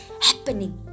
happening